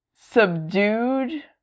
subdued